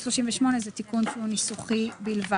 בסעיף 38 יש תיקון שהוא תיקון ניסוחי בלבד.